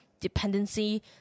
dependency